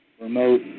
remote